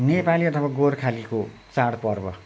नेपाली अथवा गोर्खालीको चाडपर्व